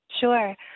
Sure